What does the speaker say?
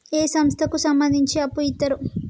ఏ సంస్థలకు సంబంధించి అప్పు ఇత్తరు?